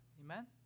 Amen